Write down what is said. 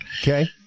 Okay